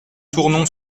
tournon